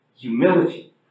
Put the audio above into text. Humility